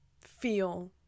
feel